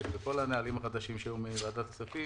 וכל הנהלים החדשים שהיו מוועדת הכספים,